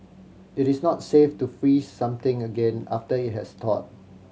it is not safe to freeze something again after it has thawed